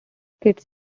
kits